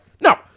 No